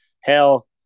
hell